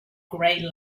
grey